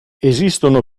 esistono